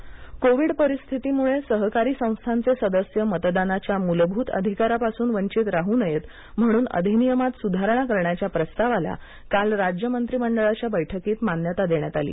सहकारी संस्था निर्णय कोविड परिस्थितीमुळे सहकारी संस्थांचे सदस्य मतदानाच्या मूलभूत अधिकारापासून वंचित राहू नये म्हणून अधिनियमात सुधारणा करण्याच्या प्रस्तावाला काल राज्य मंत्रिमंडळाच्या बैठकीत मान्यता देण्यात आली